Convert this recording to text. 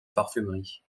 parfumerie